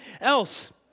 else